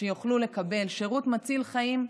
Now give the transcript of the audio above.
שיוכלו לקבל שירות מציל חיים,